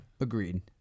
Agreed